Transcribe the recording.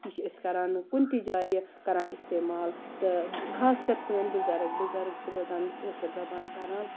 یہِ چھِ أسۍ کَران کُنہِ تہِ جایہِ کَران اِستعمال تہٕ خاص کَر سٲنٛۍ بُزَرٕگ بُزَرٕگ چھِ روزان کٲشٕر زَبان کَران